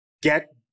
Get